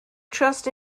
trust